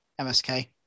MSK